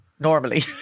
Normally